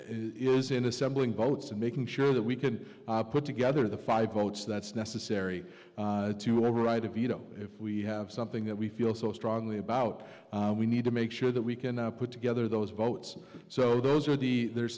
is in assembling boats and making sure that we can put together the five votes that's necessary to override a veto if we have something that we feel so strongly about we need to make sure that we can put together those votes so those are the there